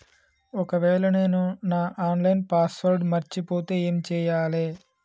ఒకవేళ నేను నా ఆన్ లైన్ పాస్వర్డ్ మర్చిపోతే ఏం చేయాలే?